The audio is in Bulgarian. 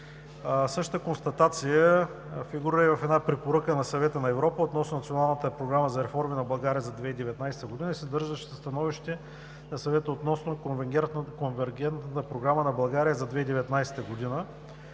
Същата констатация фигурира и в една препоръка на Съвета на Европа относно Националната програма за реформи на България за 2019 г., съдържаща становище на Съвета относно Конвергентната програма на България за 2019 г.,